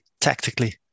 tactically